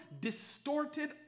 distorted